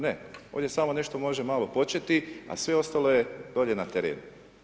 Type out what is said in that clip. Ne, ovdje samo nešto može malo početi, a sve ostalo je dolje na terenu.